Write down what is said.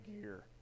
gear